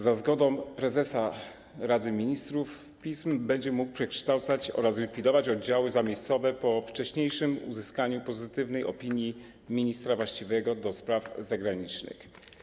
Za zgodą prezesa Rady Ministrów PISM będzie mógł przekształcać oraz likwidować oddziały zamiejscowe, po wcześniejszym uzyskaniu pozytywnej opinii ministra właściwego do spraw zagranicznych.